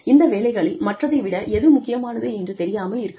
இந்த வேலைகளில் மற்றதை விட எது முக்கியமானது என்று தெரியாமல் இருக்கலாம்